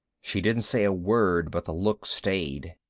she didn't say a word, but the look stayed.